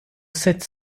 sept